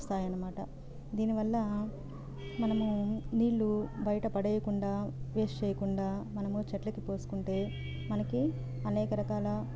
వస్తాయన్నమాట దీనివల్ల మనము నీళ్ళు బయట పడేయకుండా వేస్ట్ చేయకుండా మనము చెట్లకు పోసుకుంటే మనకి అనేక రకాల